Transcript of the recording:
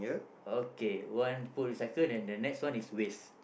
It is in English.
okay one put recycle then the next one is waste